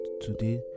today